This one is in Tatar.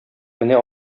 менә